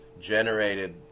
generated